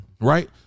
Right